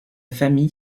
famille